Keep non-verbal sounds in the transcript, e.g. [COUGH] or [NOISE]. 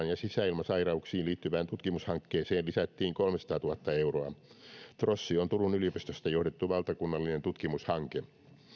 [UNINTELLIGIBLE] ja sisäilmasairauksiin liittyvään tutkimushankkeeseen lisättiin kolmesataatuhatta euroa trossi on turun yliopistosta johdettu valtakunnallinen tutkimushanke